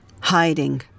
Hiding